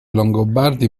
longobardi